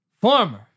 former